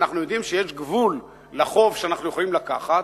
ואנחנו יודעים שיש גבול לחוב שאנחנו יכולים לקחת,